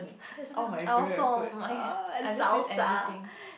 I also my I just waste everything